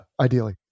ideally